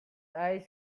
eyes